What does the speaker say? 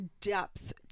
depth